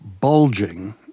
bulging